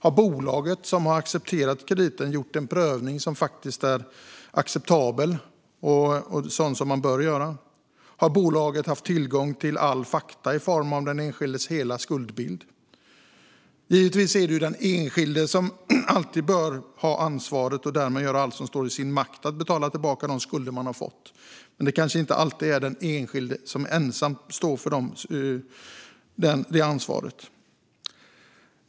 Har bolaget som accepterat krediten gjort en acceptabel prövning, som man bör göra? Har bolaget haft tillgång till alla fakta i form av den enskildes hela skuldbild? Givetvis är den enskilde alltid den som bör ha ansvaret och därmed göra allt i sin makt för att betala tillbaka de skulder man fått. Men det kanske inte alltid är den enskilde som ensam står för det ansvaret.